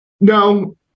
no